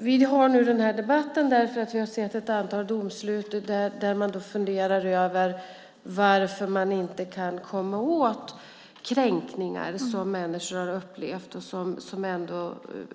Vi har den här debatten därför att vi har sett ett antal domslut där man funderar över varför man inte kan komma åt kränkningar som människor har upplevt och som